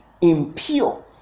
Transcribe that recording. impure